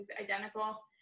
identical